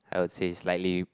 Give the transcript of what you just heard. I would say slightly